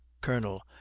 Colonel